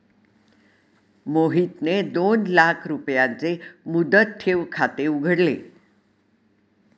मोहितने दोन लाख रुपयांचे मुदत ठेव खाते उघडले